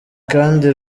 kandi